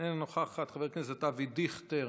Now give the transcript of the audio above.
איננה נוכחת, חבר הכנסת אבי דיכטר,